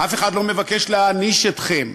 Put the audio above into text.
אף אחד לא מבקש להעניש אתכם.